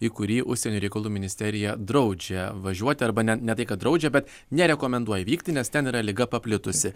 į kurį užsienio reikalų ministerija draudžia važiuoti arba ne ne tai kad draudžia bet nerekomenduoja vykti nes ten yra liga paplitusi